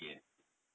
yes